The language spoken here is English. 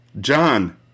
John